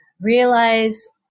realize